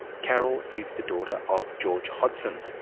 carol is the daughter of george hodson,